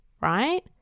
right